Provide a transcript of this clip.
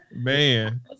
man